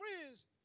friends